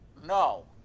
no